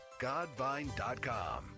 godvine.com